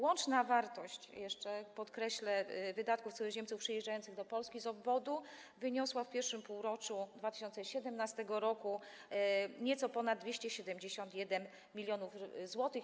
Łączna wartość, podkreślę, wydatków cudzoziemców przyjeżdżających do Polski z obwodu wyniosła w I półroczu 2017 r. nieco ponad 271 mln zł.